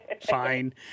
Fine